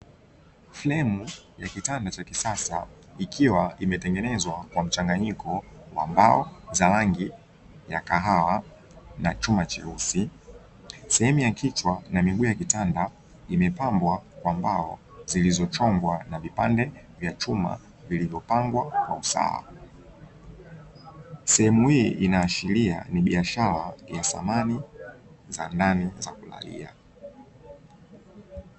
flemu ya kitanda cha kisasa ikiwa imetengenezwa kwa mchanganyiko wa mbao za rangi ya kahawa na chuma cheusi , sehemu ya kichwa na miguu ya kitanda imepambwa kwa mbao zilizochongwa na vipande vya chuma vilivyopangwa kwa usawa Sehemu hii inaashiria ni biashara ya samani za ndani za kulalua.